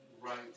right